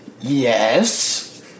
yes